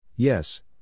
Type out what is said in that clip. Yes